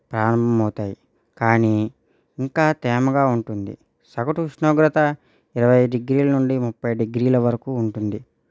ప్రారంభమవుతాయి కానీ ఇంకా తేమగా ఉంటుంది సగటు ఉష్ణోగ్రత ఇరవై డిగ్రీల నుండి ముప్పై డిగ్రీల వరకు ఉంటుంది